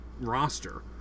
roster